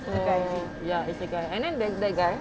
so ya it's the guy and then that that guy